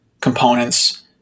components